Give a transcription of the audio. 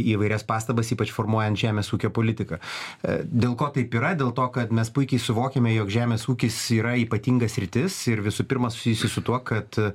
įvairias pastabas ypač formuojant žemės ūkio politiką dėl ko taip yra dėl to kad mes puikiai suvokiame jog žemės ūkis yra ypatinga sritis ir visų pirma susijusi su tuo kad